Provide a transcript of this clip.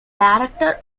director